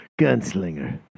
Gunslinger